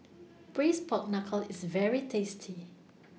Braised Pork Knuckle IS very tasty